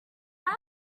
that